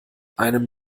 einem